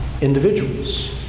individuals